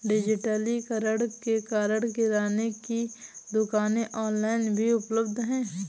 डिजिटलीकरण के कारण किराने की दुकानें ऑनलाइन भी उपलब्ध है